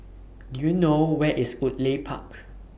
Do YOU know Where IS Woodleigh Park